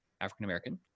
African-American